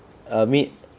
me